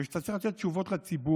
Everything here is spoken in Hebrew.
וכשאתה צריך לתת תשובות לציבור,